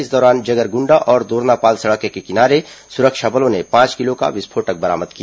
इस दौरान जगरगुंडा और दोरनापाल सड़क के किनारे सुरक्षा बलों ने पांच किलो का विस्फोटक बरामद किया